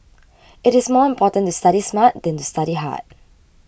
it is more important to study smart than to study hard